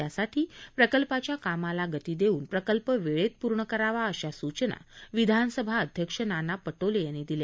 त्यासाठी प्रकल्पाच्या कामाला गती देऊन प्रकल्प वेळेत पूर्ण करावा अशा सूचना विधानसभा अध्यक्ष नाना पटोले यांनी दिल्या